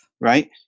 Right